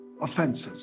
offenses